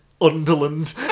Underland